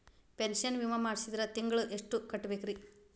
Pension ವಿಮಾ ಮಾಡ್ಸಿದ್ರ ತಿಂಗಳ ಎಷ್ಟು ಕಟ್ಬೇಕ್ರಿ?